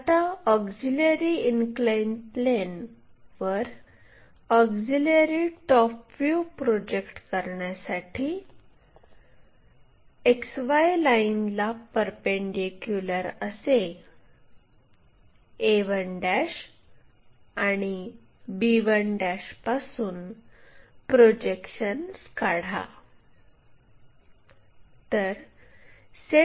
आता auxiliary incline plane वर auxiliary top view project करण्यासाठी XY लाइनला परपेंडीक्युलर असे a1 आणि b1 पासून प्रोजेक्शन्स काढा